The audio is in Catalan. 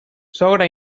sogra